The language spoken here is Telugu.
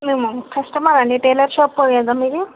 మేమా కస్టమర్ అండి టైలర్ షాపే కదా మీది